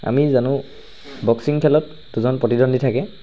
আমি জানোঁ বক্সিং খেলত দুজন প্ৰতিদণ্ডী থাকে